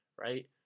right